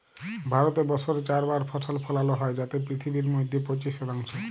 ভারতে বসরে চার বার ফসল ফলালো হ্যয় যাতে পিথিবীর মইধ্যে পঁচিশ শতাংশ